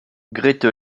grete